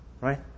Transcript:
Right